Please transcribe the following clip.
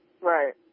Right